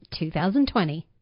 2020